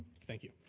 thank you.